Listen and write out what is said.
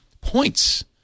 points